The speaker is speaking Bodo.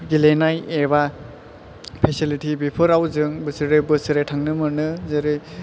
गेलेनाय एबा फेसिलिथि बेफोराव जों बोसोरे बोसोरे थांनो मोनो जेरै